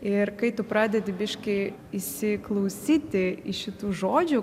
ir kai tu pradedi biškį įsiklausyti į šitų žodžių